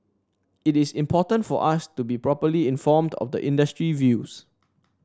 it is important for us to be properly informed of the industry views